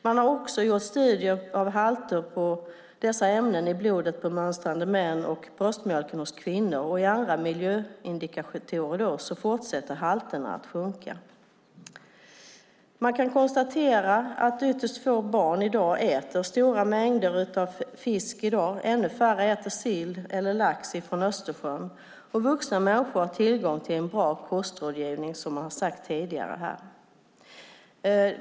Man har också gjort studier av halterna av dessa ämnen i blodet på mönstrande män och i bröstmjölken hos kvinnor. Enligt alla miljöindikatorer fortsätter halterna att sjunka. Man kan konstatera att ytterst få barn i dag äter stora mängder fisk. Ännu färre äter sill eller lax från Östersjön. Vuxna har tillgång till en bra kostrådgivning, som tidigare sagts här.